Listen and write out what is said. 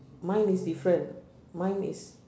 mine is different mine is